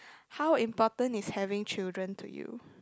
how important is having children to you